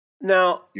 Now